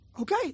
Okay